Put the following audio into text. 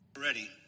Ready